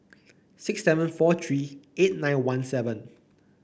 six seven four three eight nine one seven